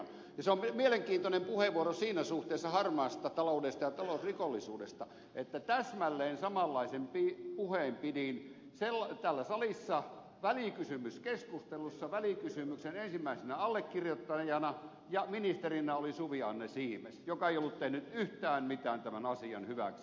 se on mielenkiintoinen puheenvuoro siinä suhteessa harmaasta taloudesta ja talousrikollisuudesta että täsmälleen samanlaisen puheen pidin täällä salissa välikysymyskeskustelussa välikysymyksen ensimmäisenä allekirjoittajana ja ministerinä oli suvi anne siimes joka ei ollut tehnyt yhtään mitään tämän asian hyväksi